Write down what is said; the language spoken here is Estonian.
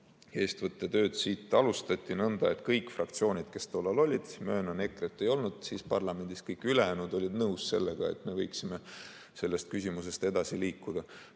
eestvõttetööd siin alustati nõnda, et kõik fraktsioonid, kes tollal siin olid – möönan, EKRE‑t ei olnud siis parlamendis –, olid nõus sellega, et me võiksime selles küsimuses edasi liikuda.